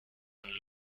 and